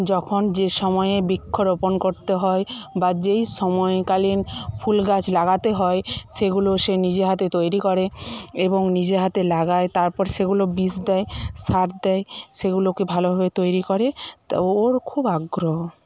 যখন যে সময়ে বৃক্ষরোপণ করতে হয় বা যেই সময়কালীন ফুল গাছ লাগাতে হয় সেগুলো সে নিজে হাতে তৈরি করে এবং নিজে হাতে লাগায় তারপর সেগুলো বিষ দেয় সার দেয় সেগুলোকে ভালোভাবে তৈরি করে ওর খুব আগ্রহ